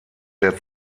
der